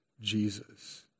Jesus